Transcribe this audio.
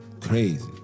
Crazy